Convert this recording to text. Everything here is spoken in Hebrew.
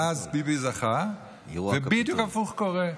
ואז ביבי זכה, ובדיוק הפוך קורה.